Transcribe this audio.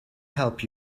help